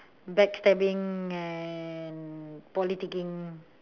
backstabbing and politicking